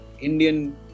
Indian